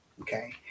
okay